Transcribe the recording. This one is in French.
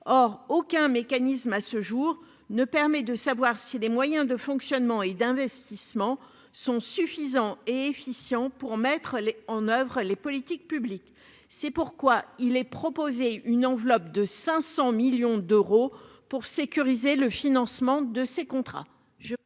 Or aucun mécanisme ne permet à ce jour de savoir si les moyens de fonctionnement et d'investissement sont suffisants et efficients pour mettre en oeuvre les politiques publiques. C'est pourquoi il est proposé une enveloppe de 500 millions d'euros pour sécuriser le financement de ces contrats.